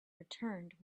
returned